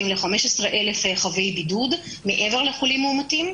ל-15,000 חבי בידוד מעבר לחולים מאומתים,